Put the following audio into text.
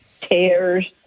tears